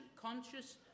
conscious